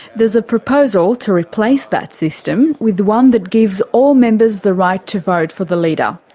there's a proposal to replace that system with one that gives all members the right to vote for the leader.